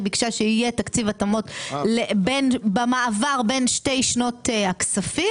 שיהיה תקציב התאמות במעבר בין שתי שנות הכספים.